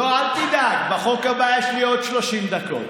לא, אל תדאג, בחוק הבא יש לי עוד 30 דקות.